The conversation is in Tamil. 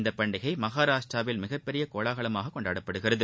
இந்தப் பண்டிகை மகாராஷ்ட்ராவில் மிகப்பெரும் கோலகலமாக கொண்டாடப்படுகிறது